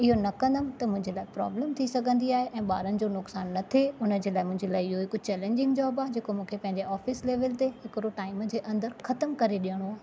इहो न कंदमि त मुंहिंजे लाइ प्रॉब्लम थी सघंदी आहे ऐं ॿारनि जो नुकसान न थिए हुन जे लाइ मुंहिंजे लाइ इहो कुझु चैलेंजींग जॉब आहे जेको मूंखे पंहिंजे ऑफ़िस लेवल ते हिकिड़ो टाइम जे अंदरु ख़तमु करे ॾियणो आहे